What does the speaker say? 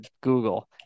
Google